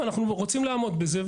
ואנחנו רוצים לעמוד בזה,